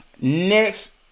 Next